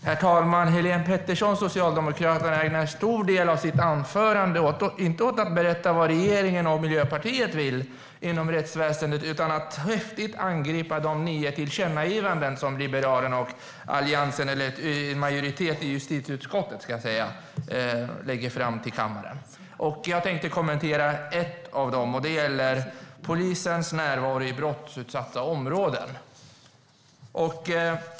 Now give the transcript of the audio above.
Herr talman! Helene Petersson från Socialdemokraterna ägnade en stor del av sitt anförande åt att, i stället för att berätta vad regeringen och Miljöpartiet vill inom rättsväsendet, häftigt angripa de nio tillkännagivanden som Liberalerna och en majoritet i justitieutskottet lägger fram till kammaren. Jag tänkte kommentera ett av dem, och det gäller polisens närvaro i brottsutsatta områden.